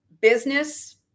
business